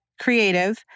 creative